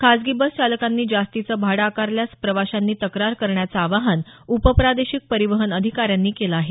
खासगी बस चालकांनी जास्तीचं भाडं आकारल्यास प्रवाशांनी तक्रार करण्याचं आवाहन उपप्रादेशिक परिवहन अधिकाऱ्यांनी केलं आहे